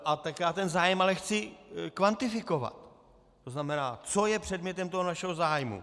Tak já ten zájem ale chci kvantifikovat, tzn. co je předmětem toho našeho zájmu.